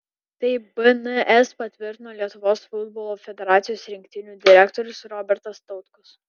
tai bns patvirtino lietuvos futbolo federacijos rinktinių direktorius robertas tautkus